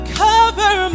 cover